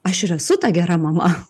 aš ir esu ta gera mama